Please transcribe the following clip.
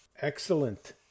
excellent